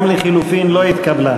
גם ההסתייגות לחלופין לא התקבלה.